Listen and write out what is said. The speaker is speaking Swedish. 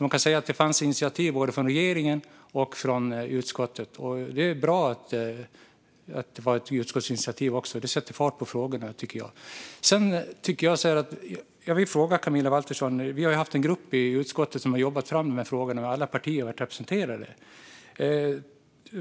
Man kan alltså säga att det fanns initiativ både från regeringen och från utskottet. Det var bra att det var ett utskottsinitiativ också, för det sätter fart på frågorna, tycker jag. Jag vill ställa en fråga till Camilla Waltersson Grönvall. Vi har haft en grupp i utskottet som har jobbat fram de här frågorna, och alla partier har varit representerade.